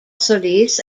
solis